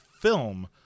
film